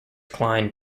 climbed